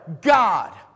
God